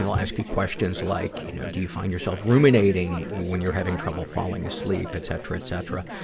know, ask you questions like, you know, do you find yourself ruminating when you're having trouble falling asleep, etcetera, etcetera.